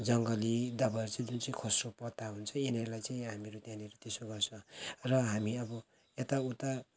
जङ्गली दवाईहरू चाहिँ जुन चाहिँ खस्रो पत्ता हुन्छ यिनीहरूलाई चाहिँ हामीहरू त्यहाँनिर त्यसो गर्छ र हामी अब यताउता